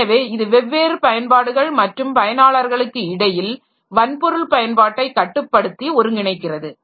எனவே இது வெவ்வேறு பயன்பாடுகள் மற்றும் பயனாளர்களுக்கு இடையில் வன்பொருள் பயன்பாட்டை கட்டுப்படுத்தி ஒருங்கிணைக்கிறது